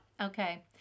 okay